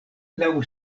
laŭ